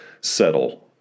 settle